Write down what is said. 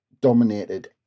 dominated